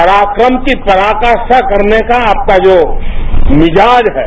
पराक्रम की पराकाष्वा करने का आपका जो मिजाजहै